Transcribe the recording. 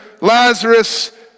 Lazarus